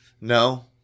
No